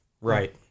Right